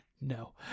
no